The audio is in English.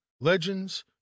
legends